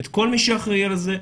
את כל מי שאחראי על זה,